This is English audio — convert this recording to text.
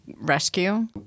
rescue